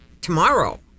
tomorrow